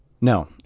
no